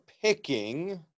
picking